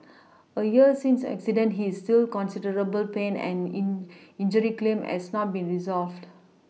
a year since the accident he is still considerable pain and in injury claim has not been resolved